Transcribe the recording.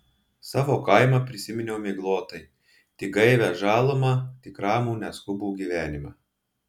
savo kaimą prisiminiau miglotai tik gaivią žalumą tik ramų neskubų gyvenimą